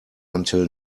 until